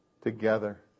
together